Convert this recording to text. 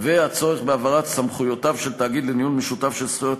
והצורך בהבהרת סמכויותיו של תאגיד לניהול משותף של זכויות